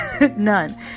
none